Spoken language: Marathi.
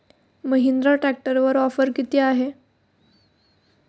महिंद्रा ट्रॅक्टरवर ऑफर किती आहे?